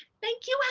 thank you.